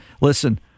Listen